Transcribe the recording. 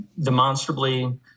demonstrably